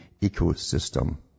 ecosystem